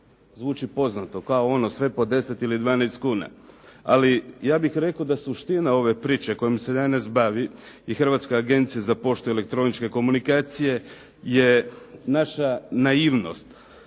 Zvuči poznato, kao ono sve po 10 ili 12 kuna. Ali ja bih rekao da suština ove priče kojom se danas bavi i Hrvatska agencija za poštu i elektroničke komunikacije je naša naivnost.